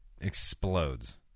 explodes